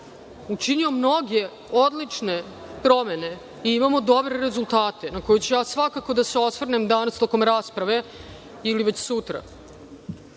učinio mnoge odlične promene i imamo dobre rezultate na koje ću svakako da se osvrnem danas tokom rasprave ili već sutra. Dakle,